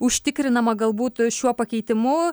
užtikrinama galbūt šiuo pakeitimu